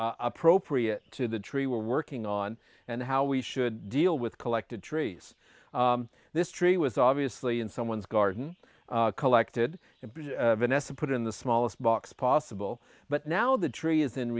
appropriate to the tree we're working on and how we should deal with collected trees this tree was obviously in someone's garden collected and vanessa put in the smallest box possible but now the tree is in